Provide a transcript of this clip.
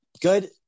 good